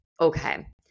okay